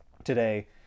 today